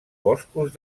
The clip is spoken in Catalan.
boscos